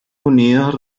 unidos